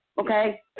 Okay